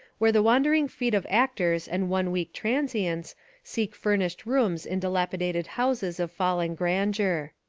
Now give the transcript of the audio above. where the wan dering feet of actors and one-week transients seek furnished rooms in dilapidated houses of fallen grandeur.